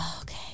Okay